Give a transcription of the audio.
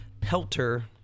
Pelter